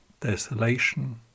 desolation